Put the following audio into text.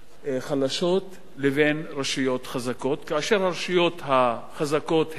חלשות לרשויות חזקות, כאשר הרשויות החזקות הן